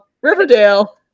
Riverdale